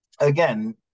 again